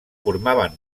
formaven